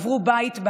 הם עברו בית-בית,